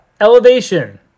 Elevation